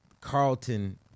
Carlton